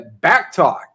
backtalk